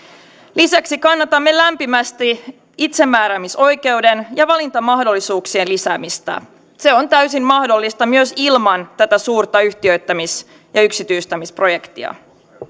lisäksi kannatamme lämpimästi itsemääräämisoikeuden ja valinnanmahdollisuuksien lisäämistä se on täysin mahdollista myös ilman tätä suurta yhtiöittämis ja yksityistämisprojektia